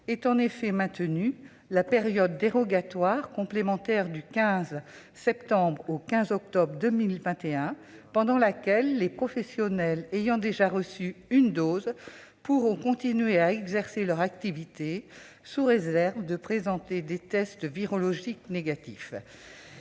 Je pense au maintien de la période dérogatoire complémentaire du 15 septembre au 15 octobre 2021 pendant laquelle les professionnels ayant déjà reçu une dose pourront continuer à exercer leur activité, sous réserve de présenter des tests virologiques négatifs.